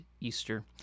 Easter